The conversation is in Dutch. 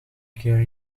keer